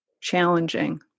challenging